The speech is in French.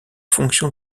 fonction